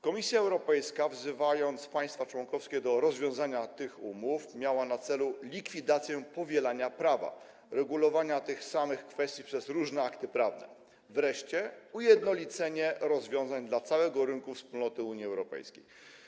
Komisja Europejska, wzywając państwa członkowskie do rozwiązania tych umów, miała na celu likwidację powielania prawa, regulowania tych samych kwestii przez różne akty prawne, wreszcie ujednolicenie rozwiązań dla całego rynku wspólnoty Unii Europejskiej.